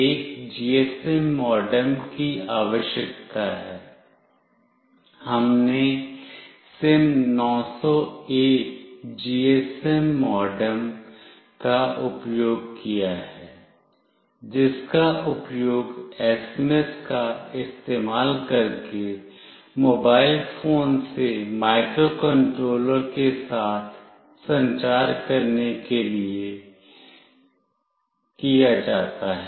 एक GSM modem की आवश्यकता है हमने सिम900ए जीएसएम मॉडम का उपयोग किया है जिसका उपयोग एसएमएस का इस्तेमाल करके मोबाइल फोन से माइक्रोकंट्रोलर के साथ संचार करने के लिए किया जाता है